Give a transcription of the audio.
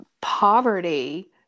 poverty